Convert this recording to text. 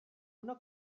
una